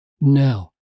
Now